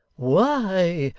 why,